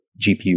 GPU